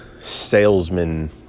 salesman